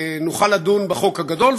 נוכל לדון בחוק הגדול,